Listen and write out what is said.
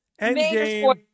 Endgame